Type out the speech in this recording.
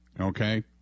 Okay